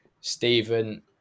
Stephen